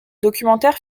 documentaire